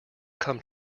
come